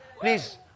Please